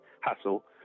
hassle